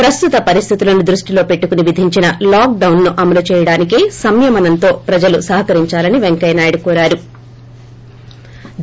ప్రస్తుత పరిస్థితులను దృష్టిలో పెట్టకుని విధించిన లాక్డొస్ ను అమలు చేయడానికి సంయమనంతో ప్రజలు సహకరించాలని వెంకయ్యనాయుడు కోరారు